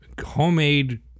homemade